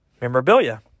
memorabilia